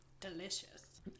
Delicious